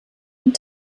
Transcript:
und